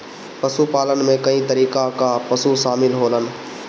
पशुपालन में कई तरीके कअ पशु शामिल होलन